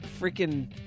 freaking